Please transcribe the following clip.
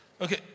Okay